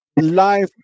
life